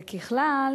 ככלל,